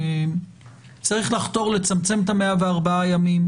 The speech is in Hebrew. צריך לחתור לצמצם את ה-104 ימים.